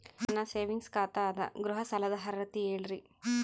ನನ್ನ ಸೇವಿಂಗ್ಸ್ ಖಾತಾ ಅದ, ಗೃಹ ಸಾಲದ ಅರ್ಹತಿ ಹೇಳರಿ?